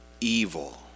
evil